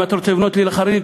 אם אתה רוצה לבנות לי לחרדים,